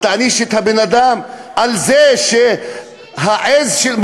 תעניש את הבן-אדם על זה, פושעים.